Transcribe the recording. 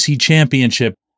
championship